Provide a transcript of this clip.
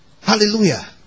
Hallelujah